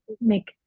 make